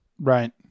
Right